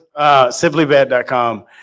Simplybad.com